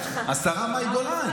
השרה מאי גולן.